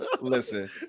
Listen